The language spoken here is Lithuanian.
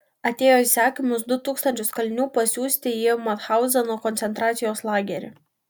atėjo įsakymas du tūkstančius kalinių pasiųsti į mathauzeno koncentracijos lagerį